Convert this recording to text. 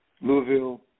Louisville